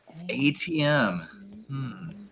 ATM